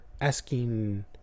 asking